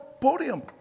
podium